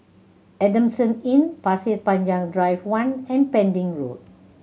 Adamson Inn Pasir Panjang Drive One and Pending Road